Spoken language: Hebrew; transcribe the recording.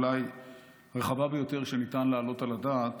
אולי הרחבה ביותר שניתן להעלות על הדעת,